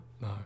no